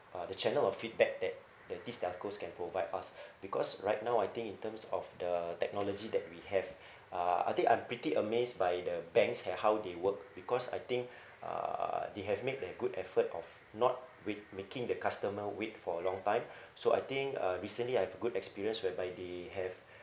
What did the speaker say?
uh the channel of feedback that the these telcos can provide us because right now I think in terms of the technology that we have uh I think I'm pretty amazed by the banks at how they work because I think uh they have made the good effort of not wait making the customer wait for a long time so I think uh recently I have a good experience whereby they have